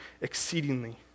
exceedingly